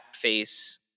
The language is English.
face